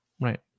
Right